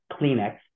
Kleenex